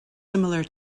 similar